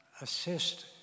assist